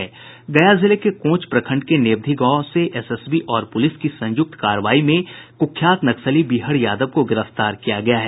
गया जिले के कोंच प्रखंड के नेबधि गांव से एसएसबी और पुलिस की संयुक्त कार्रवाई में कुख्यात नक्सली बीहड़ यादव को गिरफ्तार किया गया है